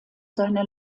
seiner